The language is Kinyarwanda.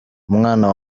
umwana